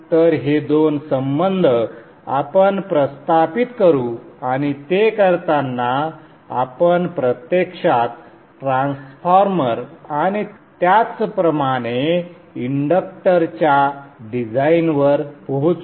तर हे दोन संबंध आपण प्रस्थापित करू आणि ते करताना आपण प्रत्यक्षात ट्रान्सफॉर्मर आणि त्याचप्रमाणे इंडक्टरच्या डिझाइनवर पोहोचू